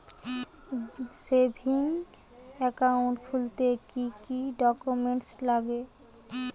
Savings account খুলতে কি কি ডকুমেন্টস লাগবে?